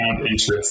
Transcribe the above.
interest